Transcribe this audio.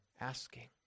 asking